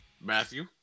Matthew